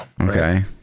okay